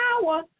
power